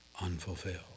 unfulfilled